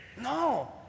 No